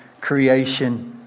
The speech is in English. creation